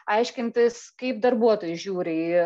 aiškintis kaip darbuotojai žiūri į